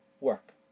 work